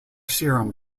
serum